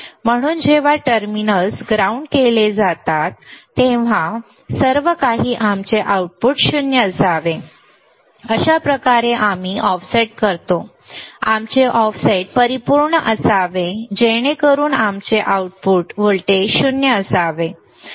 म्हणून जेव्हा terminals ground केले जातात तेव्हा सर्व काही आमचे आउटपुट 0 असावे अशा प्रकारे आम्ही ऑफसेट करतो आमचे ऑफसेट परिपूर्ण असावे जेणेकरून आमचे आउटपुट व्होल्टेज 0 असावे